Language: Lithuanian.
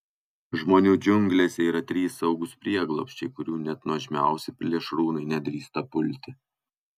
žmonių džiunglėse yra trys saugūs prieglobsčiai kurių net nuožmiausi plėšrūnai nedrįsta pulti